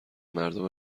مردم